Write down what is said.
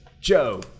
Joe